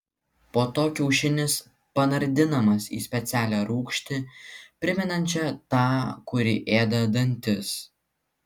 po to kiaušinis panardinamas į specialią rūgštį primenančią tą kuri ėda dantis